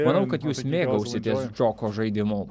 manau kad jūs mėgausitės džoko žaidimu